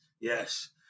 yes